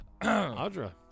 Audra